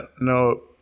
no